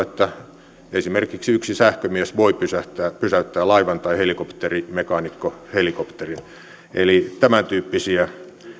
että esimerkiksi yksi sähkömies voi pysäyttää pysäyttää laivan tai helikopterimekaanikko helikopterin eli tämäntyyppisiä